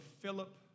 Philip